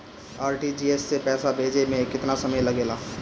RTGS से पैसा भेजे में केतना समय लगे ला?